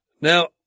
Now